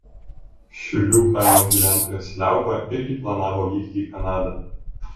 šiulių kaimo gyventojas liauba irgi planavo vykti į kanadą